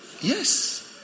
Yes